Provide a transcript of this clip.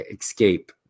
escape